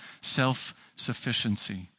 self-sufficiency